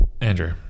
andrew